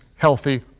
healthy